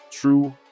True